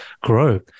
grow